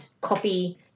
copy